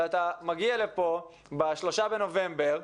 ואתה מגיע לפה ב-3 בנובמבר,